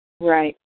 Right